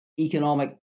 economic